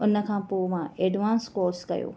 उन खां पोइ मां ऐडवांस कोर्स कयो